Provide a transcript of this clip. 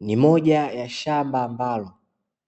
Ni moja ya shamba ambalo